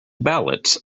ballots